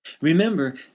Remember